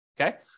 Okay